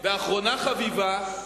ואחרונה חביבה,